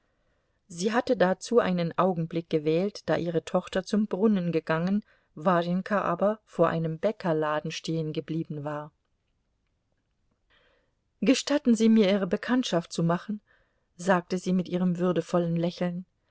sie hatte dazu einen augenblick gewählt da ihre tochter zum brunnen gegangen warjenka aber vor einem bäckerladen stehengeblieben war gestatten sie mir ihre bekanntschaft zu machen sagte sie mit ihrem würdevollen lächeln